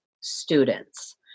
students